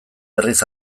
berriz